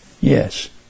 yes